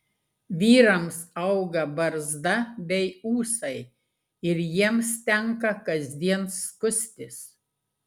vyrams auga barzda bei ūsai ir jiems tenka kasdien skustis